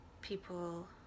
people